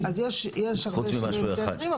יש הרבה שינויים טכניים,